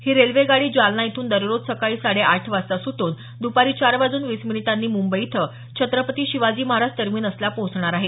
ही रेल्वेगाडी जालना इथून दररोज सकाळी साडे आठ वाजता सुट्रन दपारी चार वाजून वीस मिनिटांनी मुंबई इथं छत्रपती शिवाजी महाराज टर्मिनसला पोहोचणार आहे